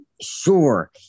sure